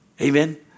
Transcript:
Amen